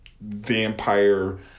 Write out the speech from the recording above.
vampire